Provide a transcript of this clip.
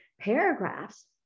Paragraphs